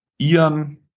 Ian